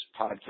podcast